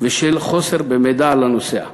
חוסר במידע לנוסע בתחנות.